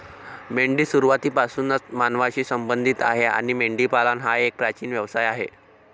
मेंढी सुरुवातीपासूनच मानवांशी संबंधित आहे आणि मेंढीपालन हा एक प्राचीन व्यवसाय आहे